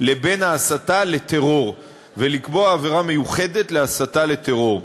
לבין ההסתה לטרור ולקבוע עבירה מיוחדת להסתה לטרור.